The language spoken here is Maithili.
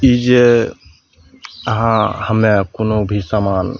ई जे हँ हमे कोनो भी समान